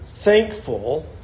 thankful